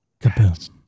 Kaboom